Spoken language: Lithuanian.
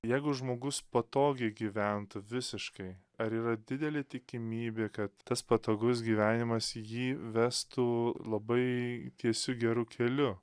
jeigu žmogus patogiai gyventų visiškai ar yra didelė tikimybė kad tas patogus gyvenimas jį vestų labai tiesiu geru keliu